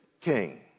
king